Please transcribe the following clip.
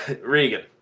Regan